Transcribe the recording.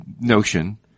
notion